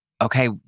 okay